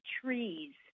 trees